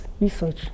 research